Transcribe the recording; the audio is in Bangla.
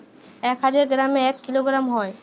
এক হাজার গ্রামে এক কিলোগ্রাম হয়